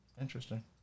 Interesting